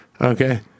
Okay